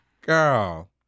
Girl